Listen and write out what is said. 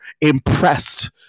impressed